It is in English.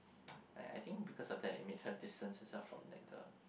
I I think because of that it made her distance herself from that girl